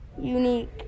unique